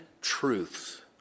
truths